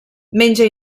menja